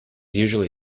usually